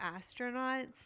astronauts